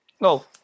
No